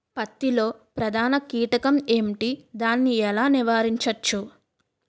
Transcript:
పత్తి లో ప్రధాన కీటకం ఎంటి? దాని ఎలా నీవారించచ్చు?